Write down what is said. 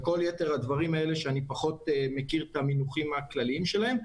וכל יתר הדברים האלה שאני פחות מכיר את המינוחים הכלליים שלהם,